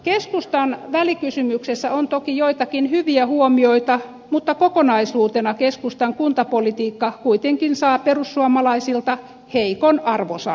keskustan välikysymyksessä on toki joitakin hyviä huomioita mutta kokonaisuutena keskustan kuntapolitiikka kuitenkin saa perussuomalaisilta heikon arvosanan